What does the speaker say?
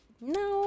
no